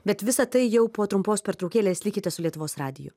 bet visa tai jau po trumpos pertraukėlės likite su lietuvos radiju